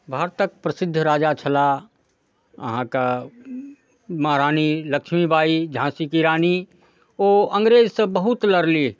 भारतक प्रसिद्ध राजा छलाह अहाँके महारानी लक्ष्मीबाइ झाँसी की रानी ओ अङ्गरेजसँ बहुत लड़लीह